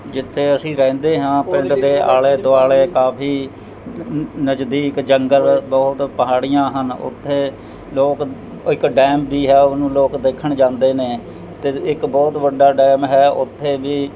ਜਿੱਥੇ ਅਸੀਂ ਰਹਿੰਦੇ ਹਾਂ ਪਿੰਡ ਦੇ ਆਲੇ ਦੁਆਲੇ ਕਾਫੀ ਨਜ਼ਦੀਕ ਜੰਗਲ ਬਹੁਤ ਪਹਾੜੀਆਂ ਹਨ ਉੱਥੇ ਲੋਕ ਇੱਕ ਡੈਮ ਵੀ ਹੈ ਉਹਨੂੰ ਲੋਕ ਦੇਖਣ ਜਾਂਦੇ ਨੇ ਅਤੇ ਇੱਕ ਬਹੁਤ ਵੱਡਾ ਡੈਮ ਹੈ ਉਥੇ ਵੀ